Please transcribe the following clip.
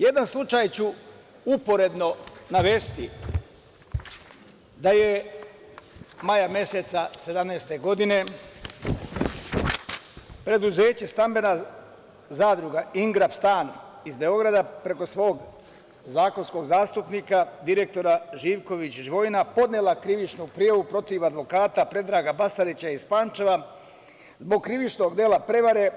Jedan slučaj ću uporedno navesti – da je maja meseca 2017. godine preduzeće Stambena zadruga „Ingrap stan“ iz Beograda, preko svog zakonskog zastupnika, direktora Živković Živojina podnela krivičnu prijavu protiv advokata Predraga Basarića iz Pančeva zbog krivičnog dela prevare